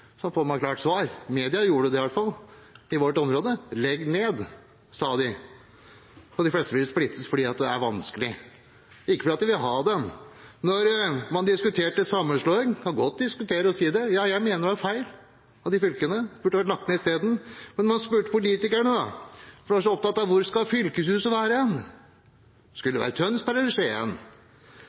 man fått et klart svar. Media gjorde i hvert fall det i vårt område. Legg ned, sa de. Og de fleste vil splittes fordi det er vanskelig, ikke fordi de vil ha den. Til da man diskuterte sammenslåing, vi kan godt diskutere og si det: Ja, jeg mener det var feil. De fylkene burde vært lagt ned i stedet. Man var så opptatt av hvor fylkeshuset skulle være. Skulle det være